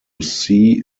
sea